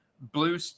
blue